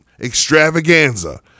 extravaganza